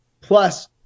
Plus